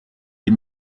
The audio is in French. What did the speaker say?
des